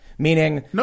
Meaning